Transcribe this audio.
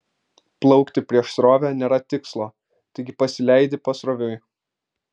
plaukti prieš srovę nėra tikslo taigi pasileidi pasroviui